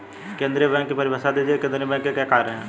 केंद्रीय बैंक की परिभाषा दीजिए केंद्रीय बैंक के क्या कार्य हैं?